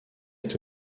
est